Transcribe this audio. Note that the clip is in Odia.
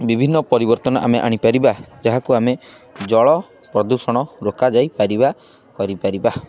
ବିଭିନ୍ନ ପରିବର୍ତ୍ତନ ଆମେ ଆଣିପାରିବା ଯାହାକୁ ଆମେ ଜଳ ପ୍ରଦୂଷଣ ରୋକାଯାଇ ପାରିବା କରିପାରିବା